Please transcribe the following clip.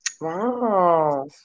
Wow